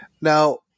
Now